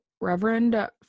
Reverend